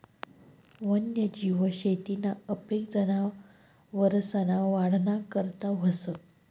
वन्यजीव शेतीना उपेग जनावरसना वाढना करता व्हस